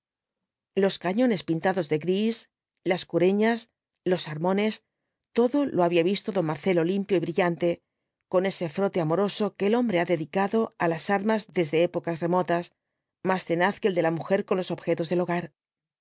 los cañones pintados de gris las cureñas los armones todo lo había visto don marcelo limpio y brillante con ese frote amoroso que el hombre ha dedicado á las armas desde épocas remotas más tenaz que el de la mujer con los objetos del hogar